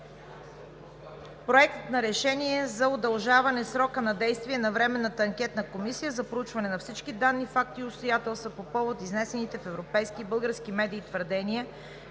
Проект на решение за удължаване срока на действие на Временната анкетна комисия за проучване на всички данни, факти и обстоятелства по повод изнесените в европейски и български медии твърдения